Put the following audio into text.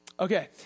Okay